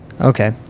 Okay